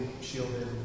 shielded